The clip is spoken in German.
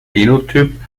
genotyp